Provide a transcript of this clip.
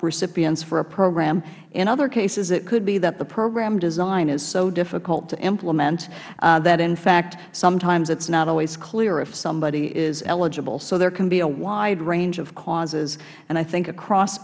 recipients for a program in other cases it could be that the program design is so difficult to implement that in fact sometimes it is not always clear if somebody is eligible so there can be a wide range of causes i think across